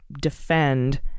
defend